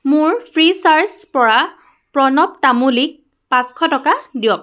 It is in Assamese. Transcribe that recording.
মোৰ ফ্ৰীচাৰ্জ পৰা প্ৰণৱ তামুলীক পাঁচশ টকা দিয়ক